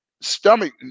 stomach